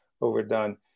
overdone